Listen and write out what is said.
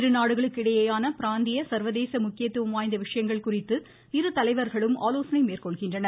இரு நாடுகளுக்கு இடையேயான பிராந்திய சர்வதேச முக்கியத்துவம் வாய்ந்த விஷயங்கள் குறித்து இரு தலைவர்களும் ஆலோசனை மேற்கொள்கின்றனர்